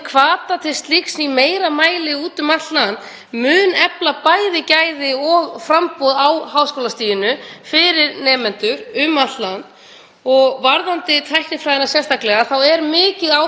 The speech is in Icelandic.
Varðandi tæknifræðina sérstaklega er mikið ákall eftir slíku námi og slíkri þekkingu og hér erum við komin í umræðu sem kristallast í þörfum atvinnulífsins fyrir þekkingu og menntun.